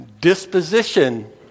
Disposition